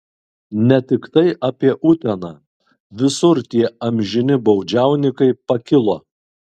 ne tiktai apie uteną visur tie amžini baudžiauninkai pakilo